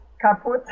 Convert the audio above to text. kaput